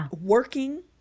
working